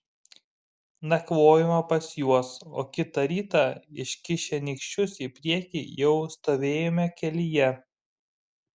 nakvojome pas juos o kitą rytą iškišę nykščius į priekį jau stovėjome kelyje